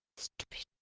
stupid!